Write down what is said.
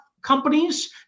companies